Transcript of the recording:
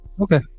Okay